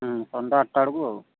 ହୁଁ ସନ୍ଧ୍ୟା ଆଠଟା ବେଳକୁ